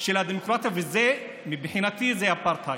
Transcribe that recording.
של הדמוקרטיה, ומבחינתי זה אפרטהייד.